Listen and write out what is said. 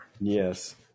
Yes